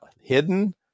hidden